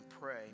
pray